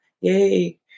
Yay